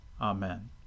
Amen